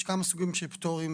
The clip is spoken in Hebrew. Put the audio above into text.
יש כמה סוגים של פטורים.